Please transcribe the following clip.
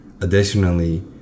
Additionally